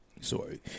sorry